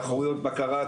תחרויות בקרה,